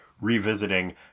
revisiting